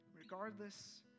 regardless